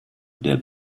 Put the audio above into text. der